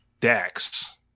Dax